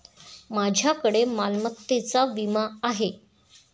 माझ्याकडे मालमत्तेचा विमा आहे